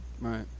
Right